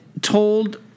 told –